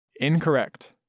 Incorrect